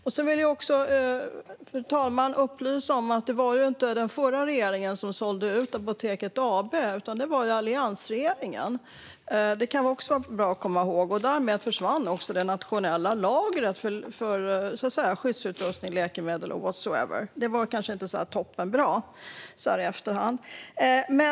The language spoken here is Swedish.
Jag vill också upplysa om, fru talman, att det inte var den förra regeringen som sålde ut Apoteket AB, utan det var alliansregeringen. Det kan också vara bra att komma ihåg. Därmed försvann också det nationellt lagret för skyddsutrustning, läkemedel och whatever. Det var kanske inte så toppenbra, sett så här i efterhand.